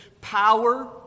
power